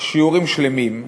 שיעורים שלמים,